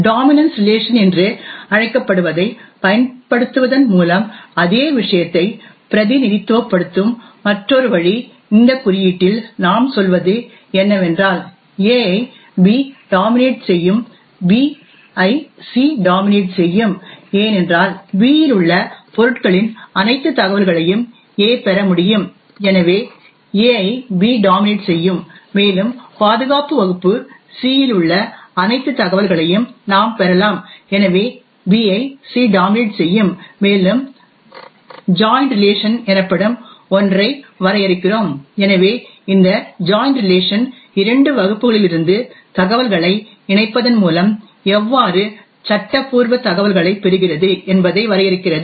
dominance relation என்று அழைக்கப்படுவதைப் பயன்படுத்துவதன் மூலம் அதே விஷயத்தை பிரதிநிதித்துவப்படுத்தும் மற்றொரு வழி இந்த குறியீட்டில் நாம் சொல்வது என்னவென்றால் A ஐ B டாமினேட் செய்யும் B ஐ C டாமினேட் செய்யும் ஏனென்றால் B இல் உள்ள பொருட்களின் அனைத்து தகவல்களையும் A பெற முடியும் எனவே A ஐ B டாமினேட் செய்யும் மேலும் பாதுகாப்பு வகுப்பு C இல் உள்ள அனைத்து தகவல்களையும் நாம் பெறலாம் எனவே B ஐ C டாமினேட் செய்யும் மேலும் ஜாய்ன் ரிலேஷன் எனப்படும் ஒன்றை வரையறுக்கிறோம் எனவே இந்த ஜாய்ன் ரிலேஷன் இரண்டு வகுப்புகளிலிருந்து தகவல்களை இணைப்பதன் மூலம் எவ்வாறு சட்டப்பூர்வ தகவல்களைப் பெறுகிறது என்பதை வரையறுக்கிறது